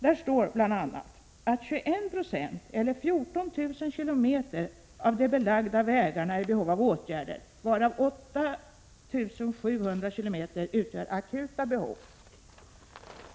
Där står bl.a. att 21 96 eller 14 000 km av de belagda vägarna är i behov av åtgärder, varav 8 700 km utgör akuta behov.